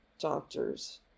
doctors